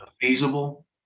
feasible